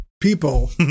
people